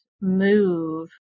move